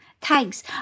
Thanks